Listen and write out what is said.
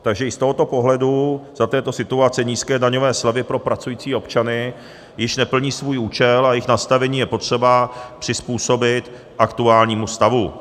Takže i z tohoto pohledu za této situace nízké daňové slevy pro pracující občany již neplní svůj účel a jejich nastavení je potřeba přizpůsobit aktuálnímu stavu.